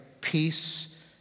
peace